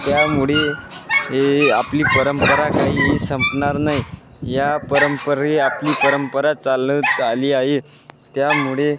त्यामुळे हे आपली परंपरा काहीही संपणार ही या परंपरे आपली परंपरा चालत आली आहे त्यामुळे